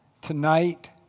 tonight